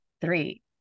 three